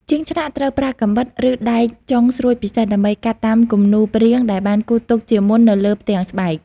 ជាងឆ្លាក់ត្រូវប្រើកាំបិត ឬដែកចុងស្រួចពិសេស ដើម្បីកាត់តាមគំនូសព្រាងដែលបានគូរទុកជាមុននៅលើផ្ទាំងស្បែក។